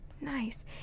Nice